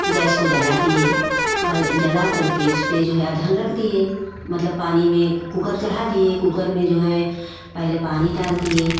gas को जला दिए गल जला करके उसपर जो है अधहन रख दिए मतलब पानी में कुकर चला दिए कुकर में जो है पहले पानी डाल दिए